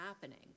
happening